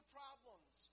problems